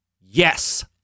Yes